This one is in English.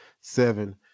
seven